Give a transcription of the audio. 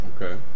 Okay